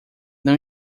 não